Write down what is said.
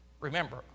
Remember